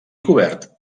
cobert